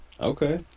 Okay